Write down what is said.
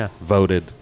voted